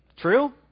true